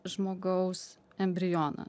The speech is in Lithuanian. žmogaus embrioną